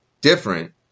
different